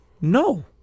No